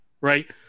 Right